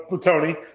Tony